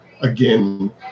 again